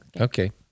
Okay